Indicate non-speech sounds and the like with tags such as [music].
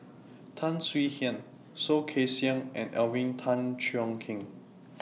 Tan Swie Hian Soh Kay Siang and Alvin Tan Cheong Kheng [noise]